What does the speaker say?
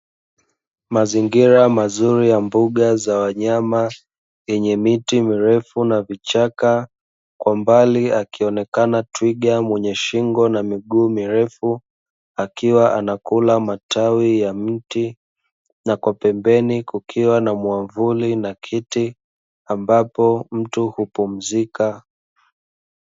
Mazingira mazuri ya mbuga za wanyama yenye miti mirefu na vichaka, kwa mbali akionekana twiga mwenye shingo na miguu mirefu akiwa anakula matawi ya mti, na kwa pembeni kukiwa na mwamvuli na kiti ambapo mtu hupumzika.